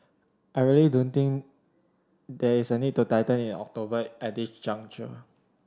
I really don't think there is a need to tighten in October at this juncture